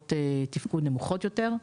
בדרגות תפקוד נמוכות יותר.